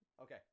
Okay